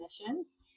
missions